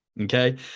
okay